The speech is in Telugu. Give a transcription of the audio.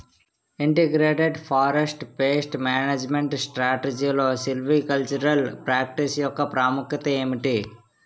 ఇంటిగ్రేటెడ్ ఫారెస్ట్ పేస్ట్ మేనేజ్మెంట్ స్ట్రాటజీలో సిల్వికల్చరల్ ప్రాక్టీస్ యెక్క ప్రాముఖ్యత ఏమిటి??